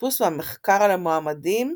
החיפוש והמחקר על המועמדים,